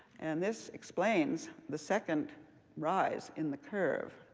and this explains the second rise in the curve.